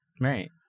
Right